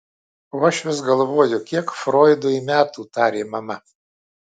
o aš vis galvoju kiek froidui metų tarė mama